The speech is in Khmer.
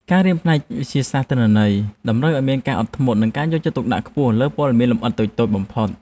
ការរៀនផ្នែកវិទ្យាសាស្ត្រទិន្នន័យតម្រូវឱ្យមានការអត់ធ្មត់ និងការយកចិត្តទុកដាក់ខ្ពស់លើព័ត៌មានលម្អិតតូចៗបំផុត។